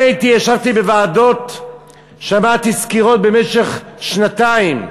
אני ישבתי בוועדות, שמעתי סקירות במשך שנתיים.